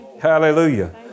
Hallelujah